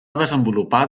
desenvolupar